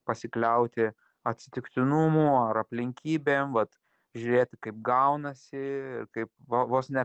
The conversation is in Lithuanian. pasikliauti atsitiktinumu ar aplinkybėm vat žiūrėti kaip gaunasi kaip vo vos ne